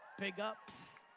big ups.